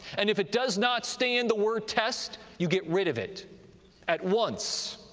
and if it does not stand the word test, you get rid of it at once!